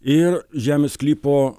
ir žemės sklypo